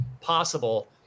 possible